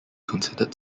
considered